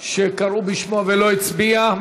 שקראו בשמו ולא הצביע,